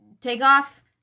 takeoff